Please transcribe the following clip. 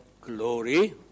glory